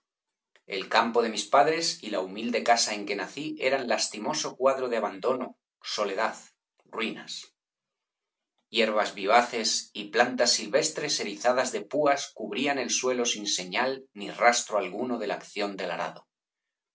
el campo de mis padres y la humilde casa en que nací eran lastimoso cuadro de abandono soledad ruinas hierbas vivaces y plantas silvestres erizadas de púas cubrían el suelo sin señal ni rastro alguno de la acción del arado